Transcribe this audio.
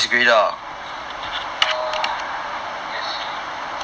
O_J_T err yes